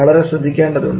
വളരെ ശ്രദ്ധിക്കേണ്ടതുണ്ട്